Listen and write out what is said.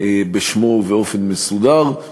בשמו ובאופן מסודר.